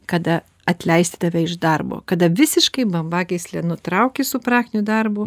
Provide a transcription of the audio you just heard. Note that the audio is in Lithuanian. kada atleisti tave iš darbo kada visiškai bambagyslę nutrauki su praktiniu darbu